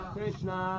Krishna